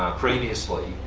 um previously,